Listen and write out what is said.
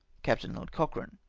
captain lord cochrane.